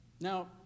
Now